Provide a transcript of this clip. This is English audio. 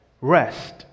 Rest